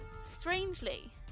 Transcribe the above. strangely